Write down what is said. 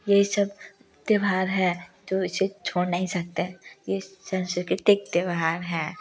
ये सब त्योहार है तो इसे छोड़ नहीं सकते हैं इस सांस्कृतिक त्योहार है